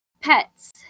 Pets